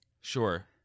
Sure